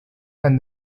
and